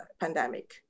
pandemic